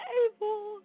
able